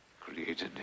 created